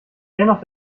dennoch